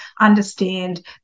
understand